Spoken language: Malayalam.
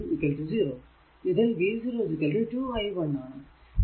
ഇതിൽ v0 2 i 1 ആണ്